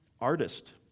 artist